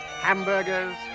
Hamburgers